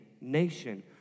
nation